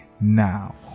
now